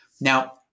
Now